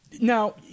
Now